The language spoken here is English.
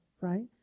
right